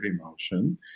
emotion